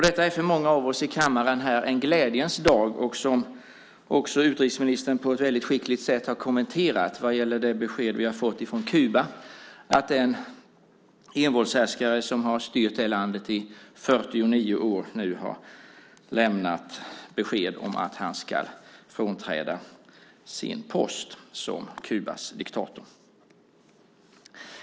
Detta är för många av oss i kammaren en glädjens dag, vilket också utrikesministern på ett väldigt skickligt sätt har kommenterat, vad gäller det besked vi har fått från Kuba om att den envåldshärskare som har styrt det landet i 49 år nu har lämnat besked om att han ska frånträda sin post som Kubas diktator.